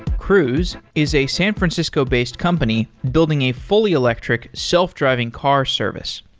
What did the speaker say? cruise is a san francisco based company building a fully electric, self-driving car service.